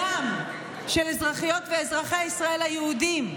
בדם, של אזרחיות ואזרחי ישראל היהודים.